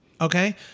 Okay